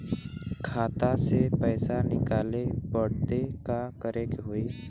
खाता से पैसा निकाले बदे का करे के होई?